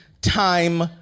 time